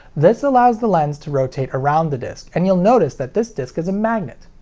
this allows the lens to rotate around the disc, and you'll notice that this disc is a magnet.